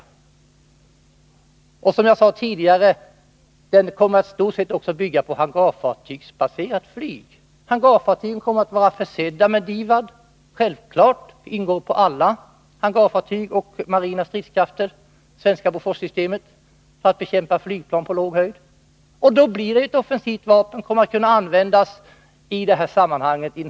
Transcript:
Och den kommer, som jag sade tidigare, i stort sett att byggas också på hangarfartygbaserat flyg. Hangarfartygen kommer självklart att vara försedda med DIVAD. Givetvis finns det svenska Bofors-systemet på alla hangarfartyg och inom alla marina stridskrafter för bekämpning av flygplan på låg höjd. Då blir det ett offensivt vapen, som kan användas i insatsstyrkan.